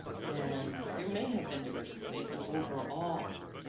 and there may have been diversions of aid, but overall,